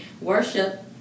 Worship